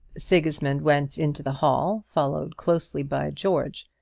sigismund went into the hall, followed closely by george.